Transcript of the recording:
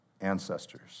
ancestors